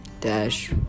dash